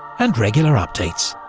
and regular updates.